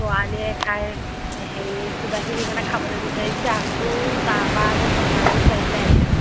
ছোৱালীয়ে খাই হেৰি কিবাকিবি মানে খাবলৈ বিচাৰিছে আকৌ তাৰপৰা আকৌ কমলাবাৰী চাৰিআলিলৈ আহিছোঁ